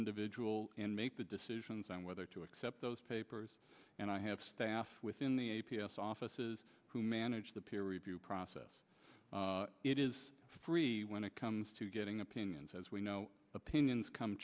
individual and make the decisions on whether to accept those papers and i have staff within the a p s offices who managed the peer review process it is free when it comes to getting opinions as we know opinions come